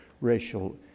racial